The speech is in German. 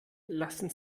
lassen